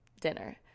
dinner